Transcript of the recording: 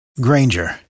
Granger